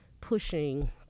pushing